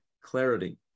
clarity